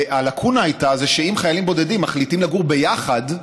הלקונה הייתה שאם חיילים בודדים מחליטים לגור ביחד,